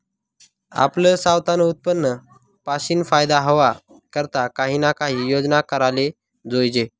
आपलं सवतानं उत्पन्न पाशीन फायदा व्हवा करता काही ना काही योजना कराले जोयजे